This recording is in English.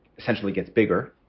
essentially gets bigger.